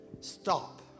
stop